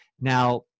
Now